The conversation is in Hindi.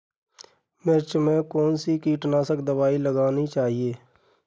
मिर्च में कौन सी कीटनाशक दबाई लगानी चाहिए?